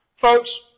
Folks